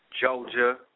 Georgia